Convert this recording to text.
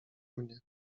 mnie